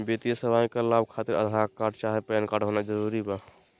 वित्तीय सेवाएं का लाभ खातिर आधार कार्ड चाहे पैन कार्ड होना जरूरी बा?